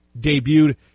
debuted